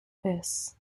this